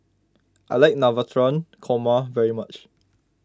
I like Navratan Korma very much